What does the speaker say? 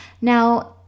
Now